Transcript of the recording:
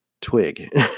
twig